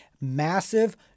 Massive